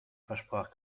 versprach